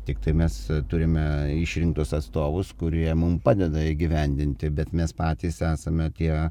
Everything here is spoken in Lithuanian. tiktai mes turime išrinktus atstovus kurie mum padeda įgyvendinti bet mes patys esame tie